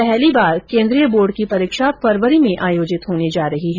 पहली बार केंद्रीय बोर्ड की परीक्षा फरवरी में आयोजित होने जा रही है